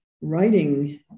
writing